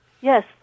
Yes